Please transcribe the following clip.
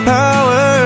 power